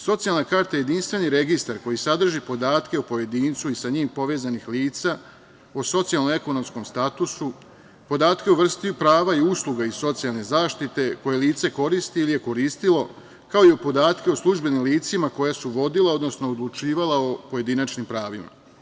Socijalna karta je jedinstveni registar koji sadrži podatke o pojedincu i sa njim povezanih lica, o socijalno-ekonomskom statusu, podatke o vrsti prava i usluga iz socijalne zaštite koje lice koristi ili je koristilo, kao i podatke o službenim licima koja su vodila, odnosno odlučivala o pojedinačnim pravima.